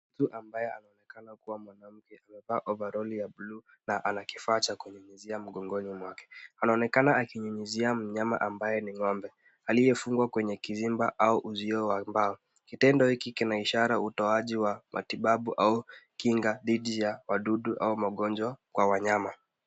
Mtu ambaye anaonekana kuwa mwanamke amevaa ovaroli ya bluu na ana kifaa cha kunyunyuzia mgongoni mwake, anaonekana akinyunyuzia mnyama ambaye ni ng'ombe. Aliyefungwa kwenye kizimba au uzio wa mbao. Kitendo hiki kina ishara utoaji wa matibabu au kinga dhidi ya wadudu au magonjwa kwa wanyama.